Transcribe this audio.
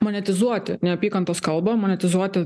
monetizuoti neapykantos kalbą monetizuoti